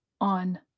on